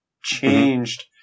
changed